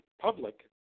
public